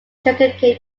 sugarcane